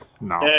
No